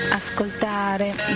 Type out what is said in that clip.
ascoltare